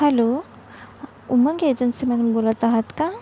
hello Umang एजन्सीमधून बोलत आहात का